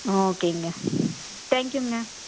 ஓகேங்க தேங்க் யூங்க